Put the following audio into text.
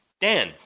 Dan